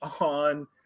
on